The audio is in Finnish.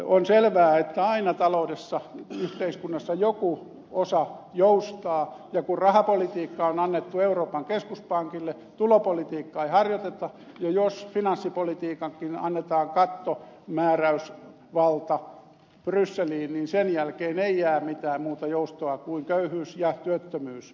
on selvää että aina taloudessa yhteiskunnassa joku osa joustaa ja kun rahapolitiikka on annettu euroopan keskuspankille tulopolitiikkaa ei harjoiteta ja jos finanssipolitiikassakin annetaan kattomääräysvalta brysseliin niin sen jälkeen ei jää mitään muuta joustoa kuin köyhyys ja työttömyys